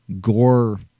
gore